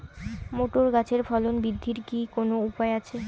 Motor গাছের ফলন বৃদ্ধির কি কোনো উপায় আছে?